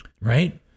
right